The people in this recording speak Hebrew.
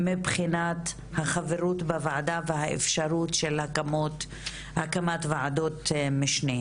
מבחינת החברות בוועדה והאפשרות של הקמת וועדות משנה.